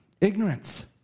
ignorance